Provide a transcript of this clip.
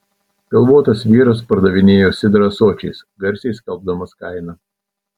pilvotas vyras pardavinėja sidrą ąsočiais garsiai skelbdamas kainą